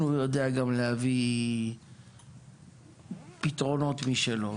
הוא יודע גם להביא פתרונות משלו,